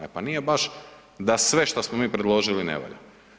E, pa nije baš da sve šta smo mi predložili ne valja.